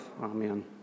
Amen